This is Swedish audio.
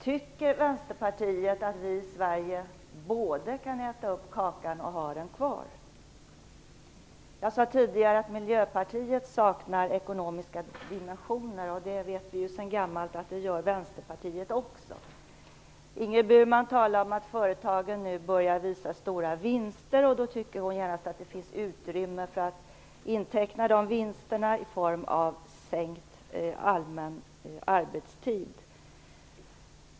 Tycker Vänsterpartiet att vi i Sverige både kan äta upp kakan och ha den kvar? Jag sade tidigare att Miljöpartiet saknar ekonomiska dimensioner. Det vet vi sedan gammalt att Vänsterpartiet också gör. Ingrid Burman talar om att företagen nu börjar visa stora vinster. Då tycker hon genast att det finns utrymme för att inteckna de vinsterna i form av en sänkning av den allmänna arbetstiden.